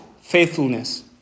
faithfulness